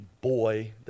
boy